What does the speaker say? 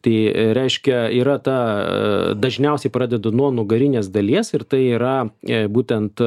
tai reiškia yra ta dažniausiai pradedu nuo nugarinės dalies ir tai yra būtent